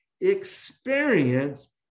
experience